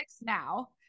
now